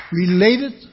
Related